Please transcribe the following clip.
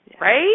right